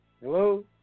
Hello